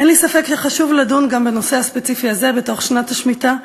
אין לי ספק שחשוב לדון גם בנושא הספציפי הזה בתוך שנת השמיטה,